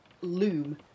loom